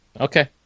Okay